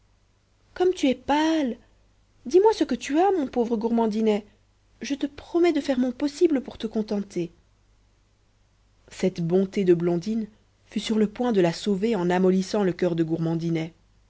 comme tu es pâle dis-moi ce que tu as mon pauvre gourmandinet je te promets de faire mon possible pour te contenter cette bonté de blondine fut sur le point de la sauver en amollissant le coeur de gourmandinet